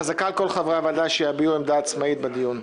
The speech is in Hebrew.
חזקה על כל חברי הוועדה שיביעו עמדה עצמאית בדיון.